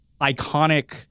iconic